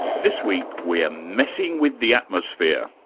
this week we're messing with the atmosphere.